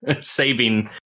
saving